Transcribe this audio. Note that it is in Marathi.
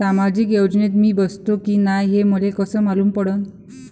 सामाजिक योजनेत मी बसतो की नाय हे मले कस मालूम पडन?